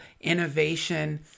innovation